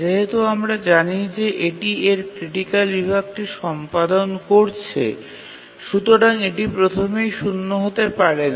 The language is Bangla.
যেহেতু আমরা জানি যে এটি এর ক্রিটিকাল বিভাগটি সম্পাদন করছে সুতরাং এটি প্রথমেই শূন্য হতে পারে না